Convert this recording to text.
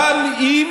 גם אם